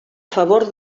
favor